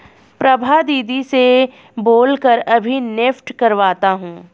प्रभा दीदी से बोल कर अभी नेफ्ट करवाता हूं